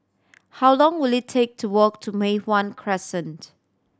how long will it take to walk to Mei Hwan Crescent